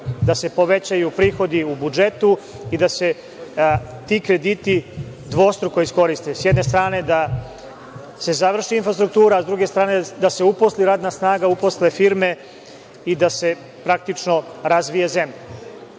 da se povećaju prihodi u budžetu i da se ti krediti dvostruko iskoriste. Dakle, s jedne strane da se završi infrastruktura, a s druge strane da se uposli radna snaga, uposle firme i da se praktično razvije zemlja. Šta